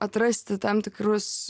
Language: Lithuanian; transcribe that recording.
atrasti tam tikrus